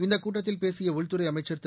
இநதக் கூட்டத்தில் பேசிய உள்துறை அமைச்சர் திரு